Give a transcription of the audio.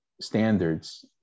standards